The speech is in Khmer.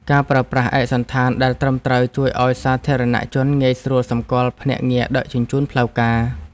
ការប្រើប្រាស់ឯកសណ្ឋានដែលត្រឹមត្រូវជួយឱ្យសាធារណជនងាយស្រួលសម្គាល់ភ្នាក់ងារដឹកជញ្ជូនផ្លូវការ។